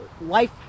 Life